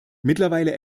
mittlerweile